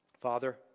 Father